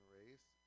race